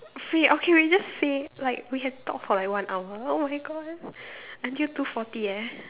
free okay we just say like we can talk for like one hour oh-my-God until two forty eh